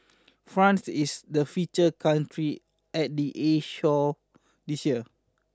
France is the feature country at the air show this year